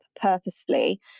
purposefully